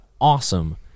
awesome